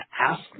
ask